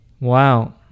wow